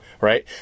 right